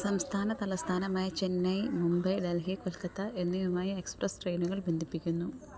സംസ്ഥാന തലസ്ഥാനമായ ചെന്നൈ മുംബൈ ഡൽഹി കൊൽക്കത്ത എന്നിവയുമായി എക്സ്പ്രസ് ട്രെയിനുകൾ ബന്ധിപ്പിക്കുന്നു